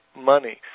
money